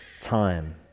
time